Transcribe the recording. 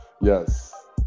yes